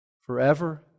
forever